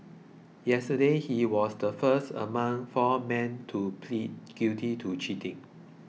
yesterday he was the first among four men to plead guilty to cheating